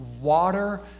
water